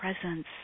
presence